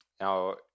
Now